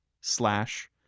slash